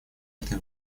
этой